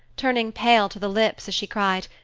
turning pale to the lips as she cried,